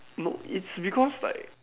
no it's because like